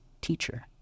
teacher